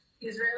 Israeli